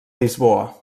lisboa